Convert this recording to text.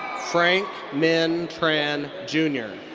frank minh tran jr.